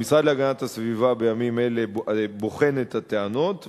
המשרד להגנת הסביבה בוחן בימים אלה את הטענות,